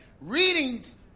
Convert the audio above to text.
readings